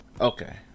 Okay